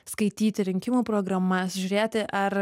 skaityti rinkimų programas žiūrėti ar